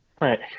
Right